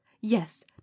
Yes